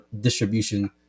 distribution